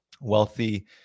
wealthy